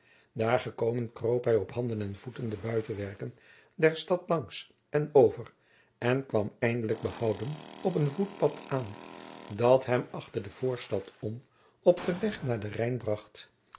daar gekomen kroop hij op handen en voeten de buitenwerken der stad langs en over en kwam eindelijk behouden op een voetpad aan dat jacob van lennep de pleegzoon hem achter de voorstad om op den weg naar den rijn bracht